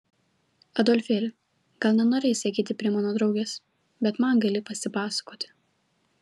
adolfėli gal nenorėjai sakyti prie mano draugės bet man gali pasipasakoti